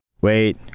Wait